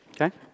okay